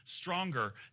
stronger